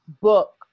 book